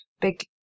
big